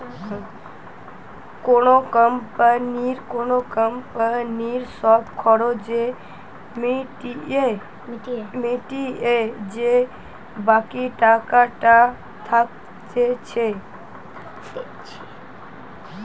কোন কোম্পানির সব খরচা মিটিয়ে যে বাকি টাকাটা থাকতিছে